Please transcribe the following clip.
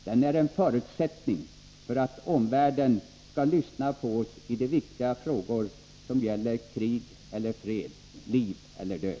Den är en förutsättning för att omvärlden skall lyssna på oss i de viktiga frågor som gäller fred eller krig, liv eller död.